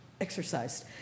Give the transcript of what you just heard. exercised